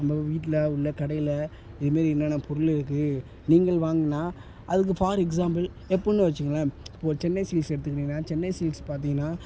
நம்ப வீட்டில் உள்ள கடையில் இதுமாரி என்னென்ன பொருள் இருக்குது நீங்கள் வாங்கினா அதுக்கு ஃபார் எக்ஸாம்புள் எப்புடின்னு வெச்சுகங்களேன் இப்போ ஒரு சென்னை சில்க்ஸ் எடுத்துக்கிட்டிங்கன்னால் சென்னை சில்க்ஸ் பார்த்திங்கன்னா